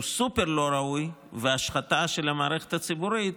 שהוא סופר לא ראוי והשחתה של המערכת הציבורית,